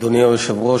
אדוני היושב-ראש,